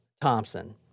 Thompson